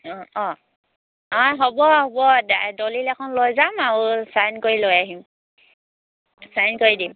অঁ অঁ অঁ হ'ব হ'ব দলিল এখন লৈ যাম আৰু ছাইন কৰি লৈ আহিম ছাইন কৰি দিম